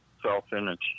self-image